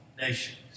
nations